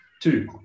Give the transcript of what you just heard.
Two